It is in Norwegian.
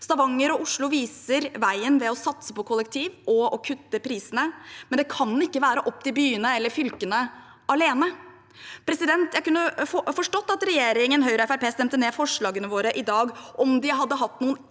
Stavanger og Oslo viser vei ved å satse på kollektiv og å kutte prisene, men det kan ikke være opp til byene eller fylkene alene. Jeg kunne forstått at regjeringen, Høyre og Fremskrittspartiet stemte ned forslagene våre i dag om de hadde hatt noen